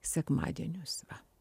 sekmadienius va